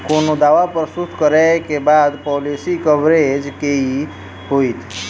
कोनो दावा प्रस्तुत करै केँ बाद पॉलिसी कवरेज केँ की होइत?